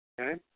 Okay